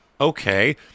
okay